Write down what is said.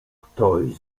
ktoś